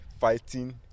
fighting